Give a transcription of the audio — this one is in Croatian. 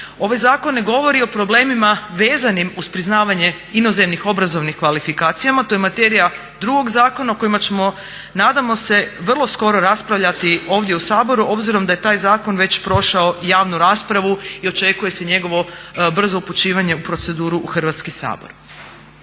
ovaj zakon ne govori o problemima vezanim uz priznavanje inozemnih obrazovnih kvalifikacija, to je materija drugog zakona o kojima ćemo nadamo se vrlo skoro raspravljati ovdje u Saboru obzirom da je taj zakon već prošao javnu raspravu i očekuje se njegovo brzo upućivanje u proceduru u Hrvatski sabor.